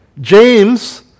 James